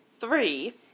three